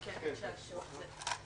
שלום לכולם,